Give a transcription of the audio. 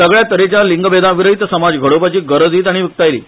सगळ्या तरेच्या लिंगभेदाविरयत समाज घडोवपाची गरजूय ताणी उक्तायली